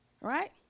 right